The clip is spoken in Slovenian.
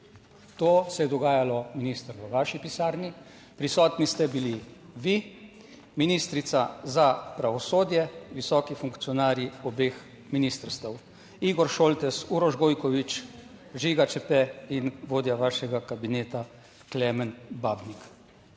To se je dogajalo, minister, v vaši pisarni, prisotni ste bili vi, ministrica za pravosodje, visoki funkcionarji obeh ministrstev: Igor Šoltes, Uroš Gojkovič, Žiga Čepe in vodja vašega kabineta Klemen Babnik.